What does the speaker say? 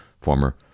former